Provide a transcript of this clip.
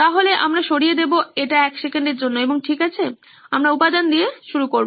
সুতরাং আমরা সরিয়ে দেব এটি এক সেকেন্ডের জন্য এবং ঠিক আছে আমরা উপাদান দিয়ে শুরু করব